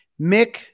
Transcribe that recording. Mick